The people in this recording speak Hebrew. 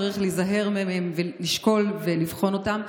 צריך להיזהר מהם ולשקול ולבחון אותם.